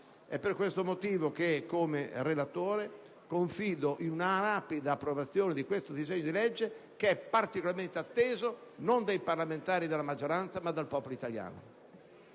È per questo motivo che, come relatore, confido in una rapida approvazione del disegno di legge in discussione, che è particolarmente atteso non dai parlamentari della maggioranza, ma dal popolo italiano.